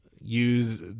use